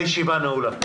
הישיבה נעולה.